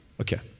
Okay